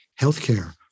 healthcare